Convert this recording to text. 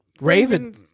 Raven